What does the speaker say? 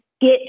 get